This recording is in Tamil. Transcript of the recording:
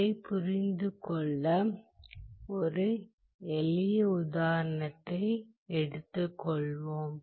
இதைப் புரிந்து கொள்ள ஒரு எளிய உதாரணத்தை எடுத்துக் கொள்வோம்